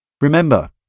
Remember